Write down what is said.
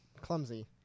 clumsy